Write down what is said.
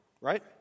right